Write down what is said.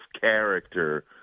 character